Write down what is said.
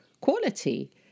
quality